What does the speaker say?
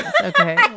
Okay